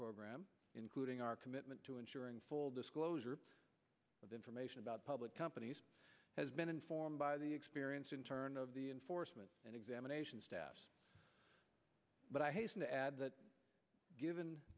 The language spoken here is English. program including our commitment to ensuring full disclosure of information about public companies has been informed by the experience and turn of the enforcement and examination staff but i hasten to add that given